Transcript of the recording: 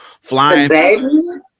flying